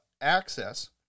access